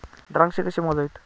द्राक्षे कशी मोजावीत?